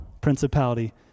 principality